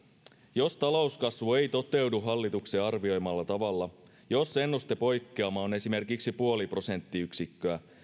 jos talouskasvu ei toteudu hallituksen arvioimalla tavalla jos ennustepoikkeama on esimerkiksi puoli prosenttiyksikköä